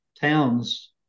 towns